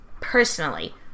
personally